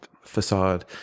facade